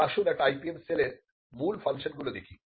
এবার আসুন একটি IPM সেলের মূল ফাংশনগুলি দেখি